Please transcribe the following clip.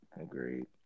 Agreed